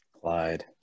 Clyde